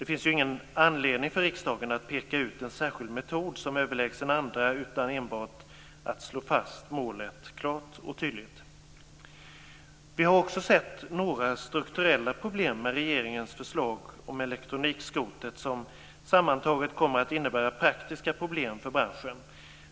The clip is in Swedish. Det finns ingen anledning för riksdagen att peka ut en särskild metod som överlägsen andra. Riksdagen skall enbart slå fast målet klart och tydligt. Vi har också sett några strukturella problem med regeringens förslag om elektronikskrotet som sammantaget kommer att innebära praktiska problem för branschen.